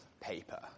paper